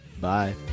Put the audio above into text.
Bye